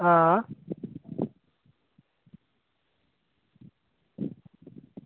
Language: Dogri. आं